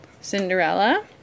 Cinderella